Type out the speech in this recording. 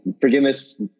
forgiveness